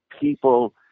people